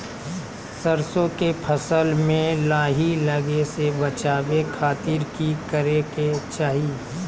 सरसों के फसल में लाही लगे से बचावे खातिर की करे के चाही?